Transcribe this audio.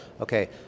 Okay